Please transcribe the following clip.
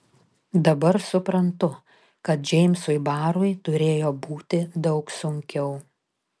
dabar suprantu kad džeimsui barui turėjo būti daug sunkiau